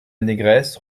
négresse